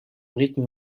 rythme